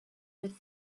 with